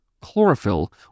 chlorophyll